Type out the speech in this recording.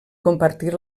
compartir